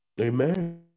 Amen